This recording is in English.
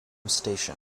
station